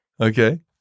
Okay